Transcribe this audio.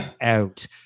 out